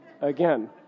again